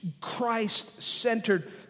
Christ-centered